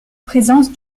présence